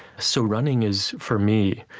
so running is, for me,